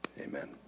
Amen